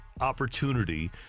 opportunity